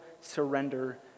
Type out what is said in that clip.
surrender